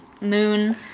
moon